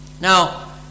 Now